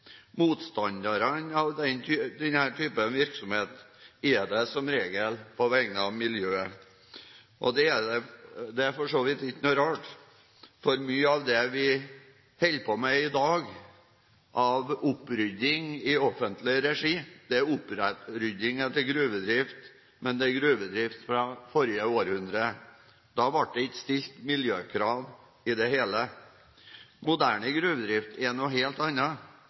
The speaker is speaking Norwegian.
Motstandere av denne type virksomhet er det som regel på vegne av miljøet. Det er for så vidt ikke rart, for mye av det vi holder på med i dag av opprydding i offentlig regi, er opprydding etter gruvedrift. Men dette er gruvedrift fra det forrige århundre, og da ble det ikke stilt miljøkrav i det hele tatt. Moderne gruvedrift er noe helt